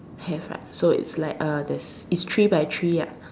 have right so it's like uh there's it's three by three ah